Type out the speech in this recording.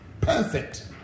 perfect